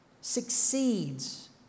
succeeds